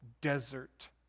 desert